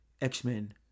X-Men